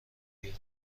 بیرون